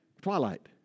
Twilight